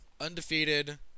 undefeated